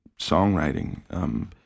songwriting